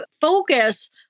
focus